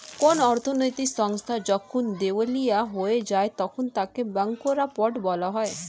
কোন অর্থনৈতিক সংস্থা যখন দেউলিয়া হয়ে যায় তখন তাকে ব্যাঙ্করাপ্ট বলা হয়